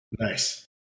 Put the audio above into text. Nice